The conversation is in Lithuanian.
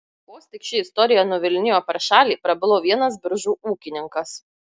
vos tik ši istorija nuvilnijo per šalį prabilo vienas biržų ūkininkas